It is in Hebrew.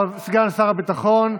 סגן שר הביטחון.